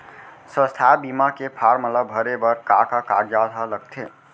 स्वास्थ्य बीमा के फॉर्म ल भरे बर का का कागजात ह लगथे?